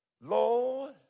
Lord